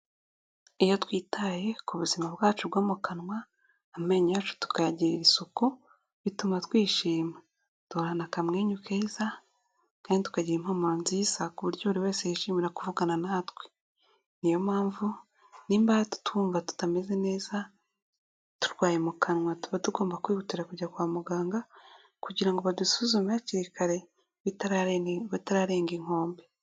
Iyo twitaye ku buzima bwacu bwo mu kanwa amenyo yacu tukayagirira isuku bituma twishima, duhorana akamwenyu keza kandi tukagira impumuro nziza ku buryo buri wese yishimira kuvugana natwe, niyo mpamvu nimba twumva tutameze neza turwaye mu kanwa tuba tugomba kwihutira kujya kwa muganga kugira ngo badusuzume hakiri kare bitararenga bitararenga inkombe.